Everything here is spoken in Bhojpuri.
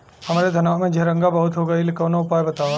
हमरे धनवा में झंरगा बहुत हो गईलह कवनो उपाय बतावा?